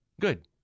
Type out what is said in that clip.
Good